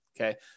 Okay